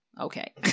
okay